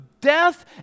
death